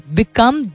become